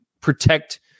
protect